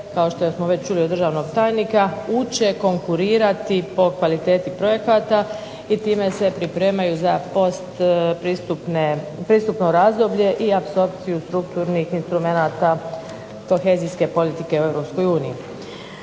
kao što smo već čuli od državnog tajnika uče konkurirati po kvaliteti projekata i time se pripremaju za post pristupno razdoblje i apsorpciju strukturnih instrumenata kohezijske politike u